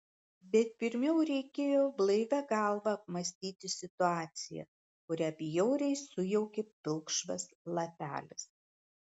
bet pirmiau reikėjo blaivia galva apmąstyti situaciją kurią bjauriai sujaukė pilkšvas lapelis